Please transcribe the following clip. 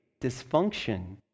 dysfunction